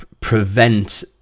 prevent